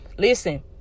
Listen